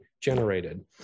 generated